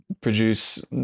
produce